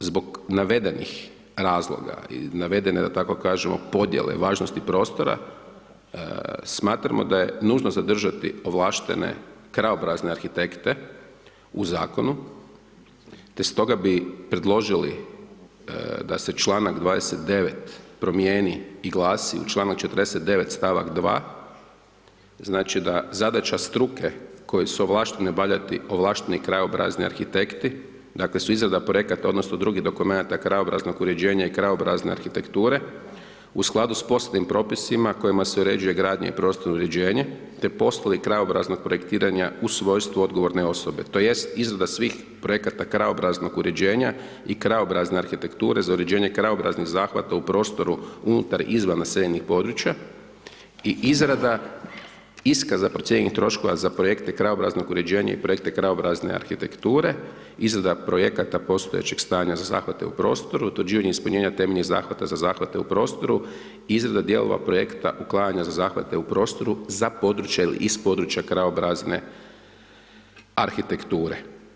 I upravo zbog navedenih razloga i navedene, da tako kažemo, podijele, važnosti prostora, smatramo da je nužno zadržati ovlaštene krajobrazne arhitekte u Zakonu, te stoga bi predložili da se čl. 29. promijeni i glasi, u čl. 49. st. 2. znači, da zadaća struke koje su ovlaštene valjati ovlašteni krajobrazni arhitekti, dakle, su izrada projekata odnosno drugih dokumenata krajobraznog uređenja i krajobrazne arhitekture u skladu s posljednjim propisima kojima se uređuje gradnja i prostorno uređenje, te poslovi krajobraznog projektiranja u svojstvu odgovorne osobe tj. izrada svih projekata krajobraznog uređenja i krajobrazne arhitekture za uređenje krajobraznih zahvata u prostoru unutar i izvan naseljenih područja i izrada iskaza procijenjenih troškova za projekte krajobraznog uređenja i projekte krajobrazne arhitekture, izrada projekata postojećeg stanja za zahvate u prostoru, utvrđivanje ispunjenja temeljnih zahvata za zahvate u prostoru, izrada dijelova projekata uklanjanja za zahvate u prostoru za područje ili iz područja krajobrazne arhitekture.